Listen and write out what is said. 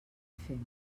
fem